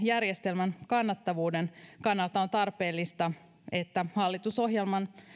järjestelmän kannattavuuden kannalta on tarpeellista että hallitusohjelman